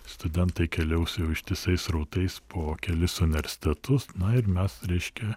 studentai keliaus jau ištisais srautais po kelis universitetus na ir mes reiškia